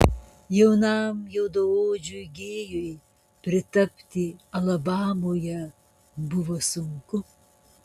jaunam juodaodžiui gėjui pritapti alabamoje buvo sunku